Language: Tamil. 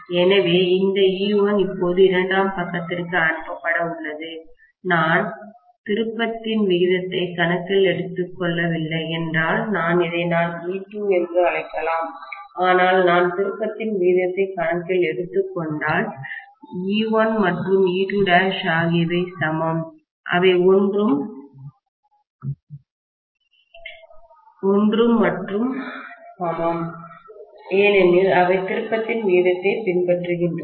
எனவே இந்த E1 இப்போது இரண்டாம் பக்கத்திற்கு அனுப்பப்பட உள்ளது நான் திருப்பத்தின் விகிதத்தை கணக்கில் எடுத்துக் கொள்ளவில்லை என்றால் இதை நான் E2 என்று அழைக்கலாம் ஆனால் நான் திருப்பத்தின் விகிதத்தை கணக்கில் எடுத்துக்கொண்டால் E1 மற்றும் E2'ஆகியவை சமம் அவை ஒன்று மற்றும் சமம் ஏனெனில் அவை திருப்பத்தின் விகிதத்தைப் பின்பற்றுகின்றன